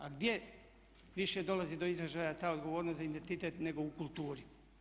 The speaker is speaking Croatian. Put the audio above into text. A gdje više dolazi do izražaja ta odgovornost za identitet nego u kulturi?